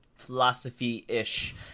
philosophy-ish